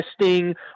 testing